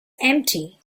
empty